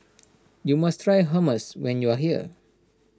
you must try Hummus when you are here